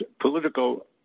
political